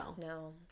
No